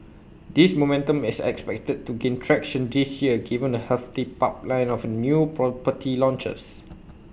this momentum is expected to gain traction this year given A healthy pipeline of new property launches